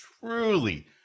truly